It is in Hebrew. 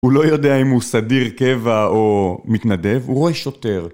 הוא לא יודע אם הוא סדיר, קבע או מתנדב, הוא רואה שוטר...